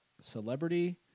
celebrity